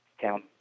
town